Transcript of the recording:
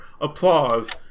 applause